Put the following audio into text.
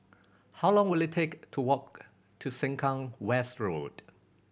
how long will it take to walk to Sengkang West Road